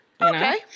Okay